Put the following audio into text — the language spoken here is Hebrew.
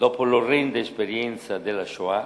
לאחר החוויה הנוראית של השואה,